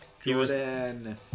Jordan